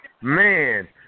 Man